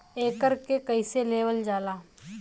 एकरके कईसे लेवल जाला?